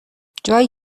جایی